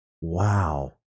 Wow